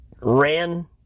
ran